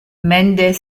mendes